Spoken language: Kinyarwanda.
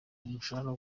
umushahara